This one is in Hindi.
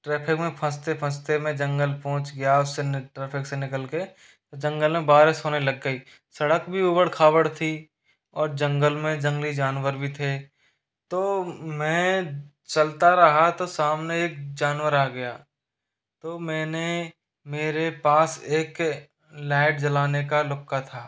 ट्रैफिक में फँसते फँसते मैं जंगल पहुँच गया उससे ट्रैफिक से निकल के तो जंगल में बारिश होने लग गई सड़क भी उबड़ खाबड़ थी और जंगल में जंगली जानवर भी थे तो मैं चलता रहा तो सामने एक जानवर आ गया तो मैंने मेरे पास एक लाइट जलाने का लुक्का था